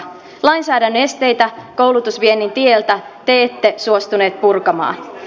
lainsäädännön esteitä koulutusviennin tieltä te ette suostuneet purkamaan